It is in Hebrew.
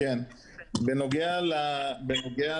20. עבירה